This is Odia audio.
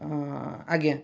ହଁ ଆଜ୍ଞା